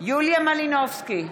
יוליה מלינובסקי,